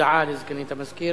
הודעה לסגנית המזכיר.